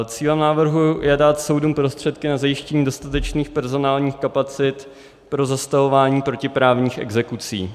Cílem návrhu je dát soudům prostředky na zajištění dostatečných personálních kapacit pro zastavování protiprávních exekucí.